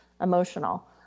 emotional